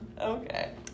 Okay